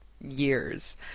years